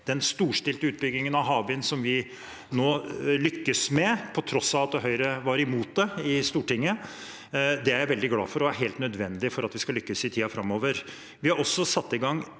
den storstilte utbyggingen av havvind som vi nå lykkes med, på tross av at Høyre var imot det i Stortinget. Det er jeg veldig glad for, og det er helt nødvendig for at vi skal lykkes i tiden framover. Vi har også satt i gang